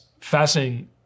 fascinating